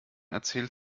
erzählt